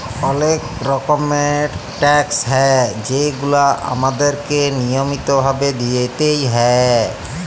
অলেক রকমের ট্যাকস হ্যয় যেগুলা আমাদেরকে লিয়মিত ভাবে দিতেই হ্যয়